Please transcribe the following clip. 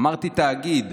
אמרתי תאגיד.